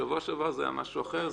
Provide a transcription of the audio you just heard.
בשבוע שעבר זה היה משהו אחר,